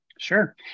Sure